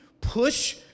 push